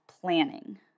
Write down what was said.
planning